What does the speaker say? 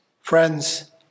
Friends